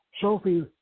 Sophie